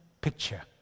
picture